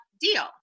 deal